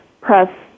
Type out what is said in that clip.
Press